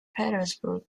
petersburg